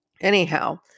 anyhow